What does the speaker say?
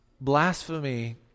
Blasphemy